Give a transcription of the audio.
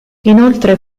inoltre